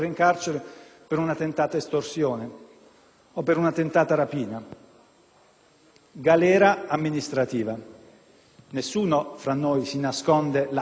galera amministrativa. Nessuno tra noi si nasconde la necessità anche di intervenire